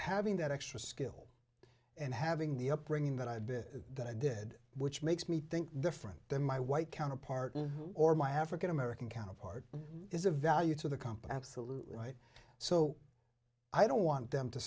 having that extra skill and having the upbringing that i did that i did which makes me think different than my white counterpart or my african american counterpart is a value to the company absolutely right so i don't want them to